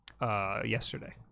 yesterday